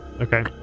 Okay